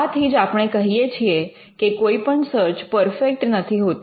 આથી જ આપણે કહીએ છીએ કે કોઈપણ સર્ચ પરફેક્ટ નથી હોતી